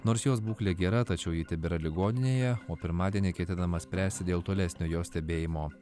nors jos būklė gera tačiau ji tebėra ligoninėje o pirmadienį ketinama spręsti dėl tolesnio jos stebėjimo